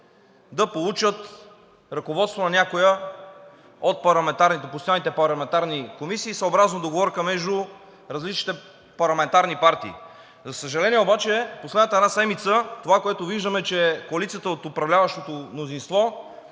да получат ръководство на някоя от постоянните парламентарни комисии съобразно договорка между различните парламентарни партии. За съжаление обаче, последната една седмица това, което виждам, е, че коалицията от управляващото мнозинство